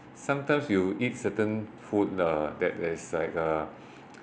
sometimes you eat certain food uh that there's like uh